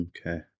Okay